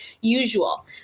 usual